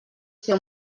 fer